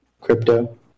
crypto